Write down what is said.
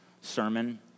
sermon